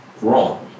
wrong